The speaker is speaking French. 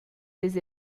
des